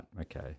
Okay